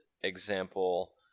example